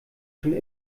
schon